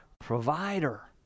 Provider